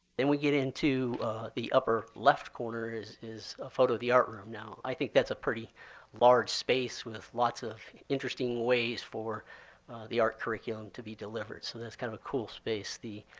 then we get into the upper left corner, is is a photo of the art room. now i think that's a pretty large space with lots of interesting ways for the art curriculum to be delivered. so that's kind of of cool space. the